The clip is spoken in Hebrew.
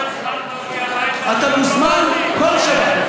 לא הזמנת אותי הביתה, אתה מוזמן כל שבת.